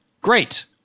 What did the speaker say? great